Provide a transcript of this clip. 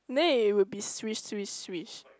they will be swish swish swish